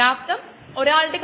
അതായത് റിയാക്ടിങ് ചാറു